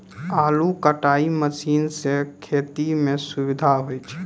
आलू कटाई मसीन सें खेती म सुबिधा होय छै